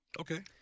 Okay